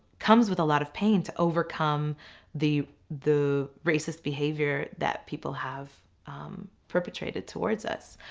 comes with a lot of pain to overcome the the racist behaviour that people have perpetrated towards us.